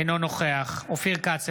אינו נוכח אופיר כץ,